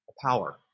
power